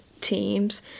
teams